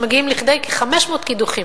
שמגיעים לכדי כ-500 קידוחים.